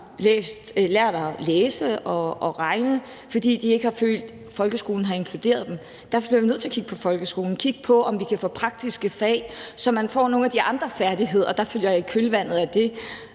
lært at læse og regne, fordi de ikke har følt, at folkeskolen har inkluderet dem. Derfor bliver vi nødt til at kigge på folkeskolen og kigge på, om vi kan få praktiske fag, så man får nogle af de andre færdigheder, der følger i kølvandet på det.